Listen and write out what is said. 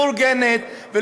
מאורגנת,